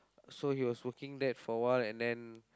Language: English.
so he was working that for a while and then